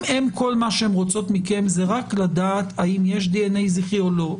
אם כל מה שהן רוצות מכן זה רק לדעת אם יש דנ"א זכרי או לא,